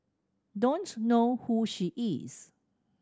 don't know who she is